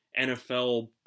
NFL